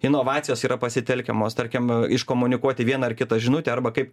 inovacijos yra pasitelkiamos tarkim iškomunikuoti vieną ar kitą žinutę arba kaip